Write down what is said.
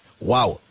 Wow